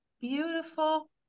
beautiful